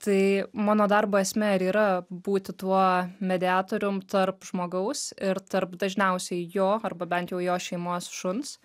tai mano darbo esmė ir yra būti tuo mediatorium tarp žmogaus ir tarp dažniausiai jo arba bent jau jo šeimos šuns